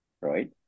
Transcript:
right